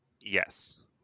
Yes